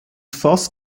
fast